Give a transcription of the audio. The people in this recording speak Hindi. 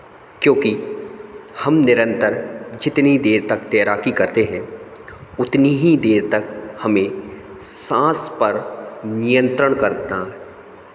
क्योंकि हम निरंतर जितनी देर तक तैराकी करते हैं उतनी ही देर तक हमें सांस पर नियंत्रण करना